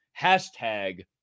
hashtag